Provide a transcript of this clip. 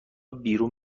بیرون